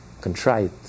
contrite